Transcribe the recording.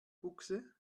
buchse